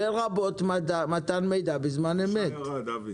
"לרבות מתן מידע בזמן אמת".